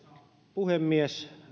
puhemies